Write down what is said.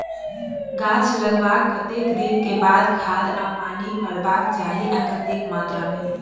गाछ लागलाक कतेक दिन के बाद खाद आ पानी परबाक चाही आ कतेक मात्रा मे?